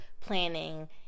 planning